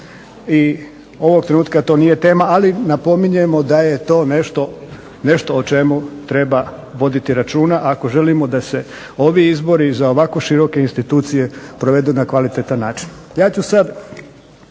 I ovog trenutka to nije tema, ali napominjemo da je to nešto o čemu treba voditi računa ako želimo da se ovi izbori za ovako široke institucije provedu na kvalitetan način.